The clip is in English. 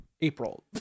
April